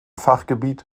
fachgebiet